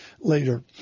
later